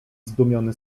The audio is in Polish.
zdumiony